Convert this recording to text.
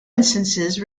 instances